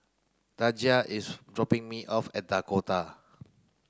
Daija is dropping me off at Dakota